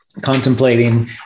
contemplating